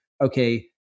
okay